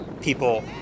people